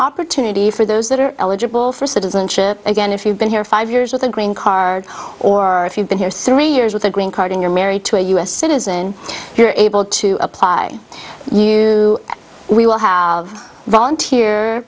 opportunity for those that are eligible for citizenship again if you've been here five years with a green card or if you've been here thirty years with a green card and you're married to a u s citizen you're able to apply you we will have volunteer